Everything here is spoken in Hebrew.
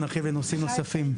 נרחיב לנושאים נוספים.